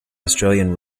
australian